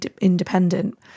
independent